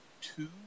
two